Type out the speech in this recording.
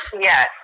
Yes